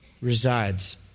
resides